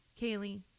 Kaylee